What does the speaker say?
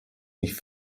nicht